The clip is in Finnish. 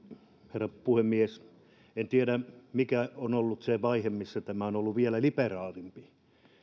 herra puhemies en tiedä mikä on ollut se vaihe missä tämä on ollut vielä liberaalimpi